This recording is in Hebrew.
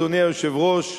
אדוני היושב-ראש,